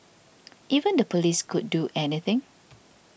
even the police could do anything